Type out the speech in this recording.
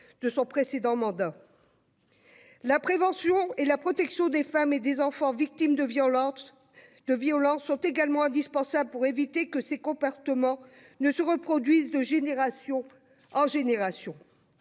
de son précédent mandat. La prévention et la protection des femmes et des enfants victimes de violences sont également indispensables pour éviter que ces comportements ne se reproduisent de génération en génération.